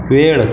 वेळ